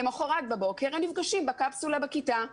למוחרת בבוקר הם נפגשים בקפסולה בכיתה.